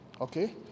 okay